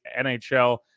NHL